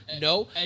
No